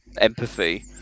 empathy